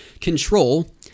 Control